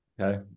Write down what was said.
okay